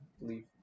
leave